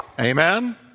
amen